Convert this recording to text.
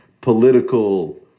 political